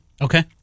okay